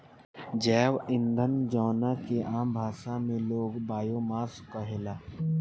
जैव ईंधन जवना के आम भाषा में लोग बायोमास कहेला